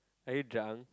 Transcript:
are you drunk